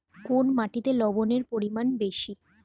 কোন মাটিতে লবণের পরিমাণ বেশি?